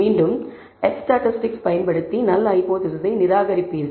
மீண்டும் F statistics பயன்படுத்தி null ஹைபோதேசிஸை நிராகரிப்பீர்கள்